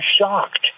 shocked